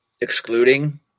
excluding